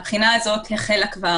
הבחינה הזו החלה כבר,